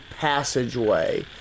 passageway